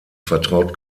vertraut